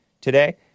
today